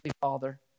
Father